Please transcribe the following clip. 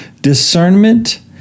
discernment